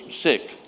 sick